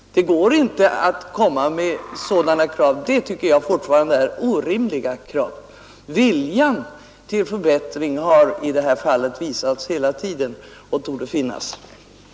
Det går inte att komma med sådana krav; jag tycker fortfarande att de är orimliga. Viljan till förbättringar har i det här fallet visats hela tiden och torde alltså finnas.